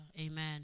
Amen